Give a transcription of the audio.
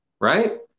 right